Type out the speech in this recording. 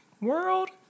World